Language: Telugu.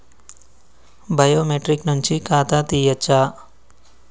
బయోమెట్రిక్ నుంచి ఖాతా తీయచ్చా?